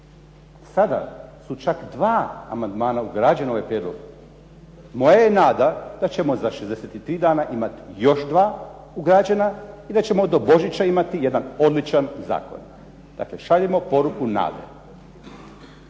Sada su čak 2 amandmana ugrađena u ovaj prijedlog. Moja je nada da ćemo za 63 dana imati još 2 ugrađena i da ćemo do Božića imati jedan odličan zakon. Dakle, šaljemo poruku nade.